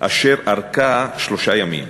אשר ארכה שלושה ימים.